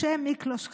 משה מיקלוש קראוס,